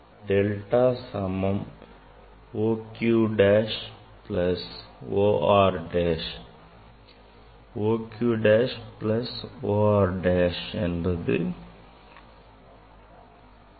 delta சமம் O Q dash plus O R dash O Q dash plus O R dash